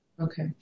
Okay